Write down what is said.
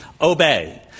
obey